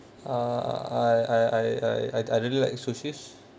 uh I I I I I really like sushi